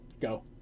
go